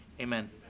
amen